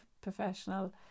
professional